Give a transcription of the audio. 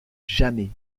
jamais